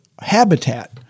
habitat